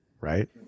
right